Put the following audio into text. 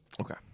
Okay